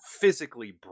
physically